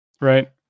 right